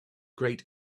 great